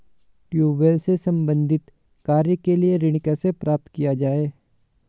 Tubewell से संबंधित कार्य के लिए ऋण कैसे प्राप्त किया जाए?